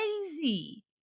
crazy